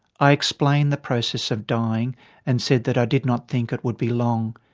i explained the process of dying and said that i did not think it would be long.